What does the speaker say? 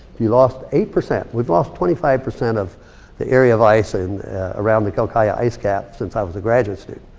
if you lost eight, we've lost twenty five percent of the area of ice and around the quelccaya ice caps since i was a graduate student.